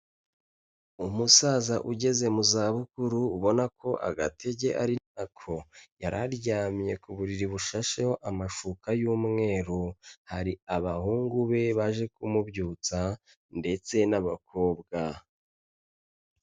Umusaza ugeze mu za bukuru ubona ko agatege ari ntako yari aryamye ku buriri bushasheho amashuka y'umweru, hari abahungu be baje kumubyutsa ndetse n'abakobwa.